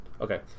okay